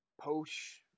posh